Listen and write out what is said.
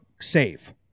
save